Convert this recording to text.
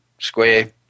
Square